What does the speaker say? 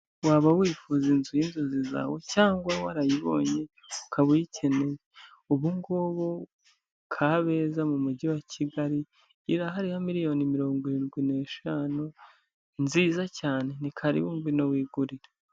Waba wifuza inzu y'inzozi zawe cyangwa warayibonye ukaba uyikeneye, ubu ngubu Kabeza mu mujyi wa Kigali, irahari ya miliyoni mirongo irindwi n'eshanu ,nziza cyane ni karibu ngwino wigurire.